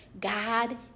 God